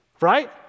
Right